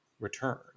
return